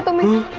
but me.